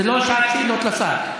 זו לא שעת שאלות לשר.